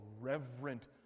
reverent